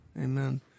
amen